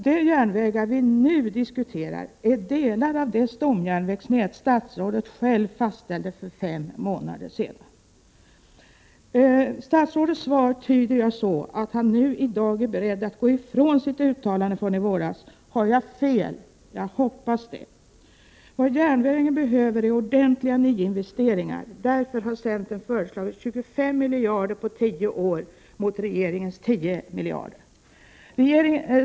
De järnvägar vi nu diskuterar är delar av det stomjärnvägsnät som statsrådet själv fastställde för fem månader sedan. Jag tyder statsrådets svar så att han nu är beredd att gå ifrån sitt uttalande från i våras. Har jag fel? Jag hoppas det. Vad järnvägen behöver är ordentliga nyinvesteringar. Därför har centern föreslagit en tilldelning av 25 miljarder kronor på tio år jämfört med regeringens förslag om 10 miljarder kronor.